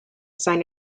sign